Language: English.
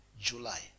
July